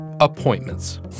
appointments